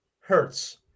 Hertz